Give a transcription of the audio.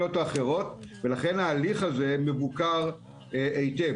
ההליך הזה מבוקר היטב.